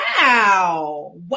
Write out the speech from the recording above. wow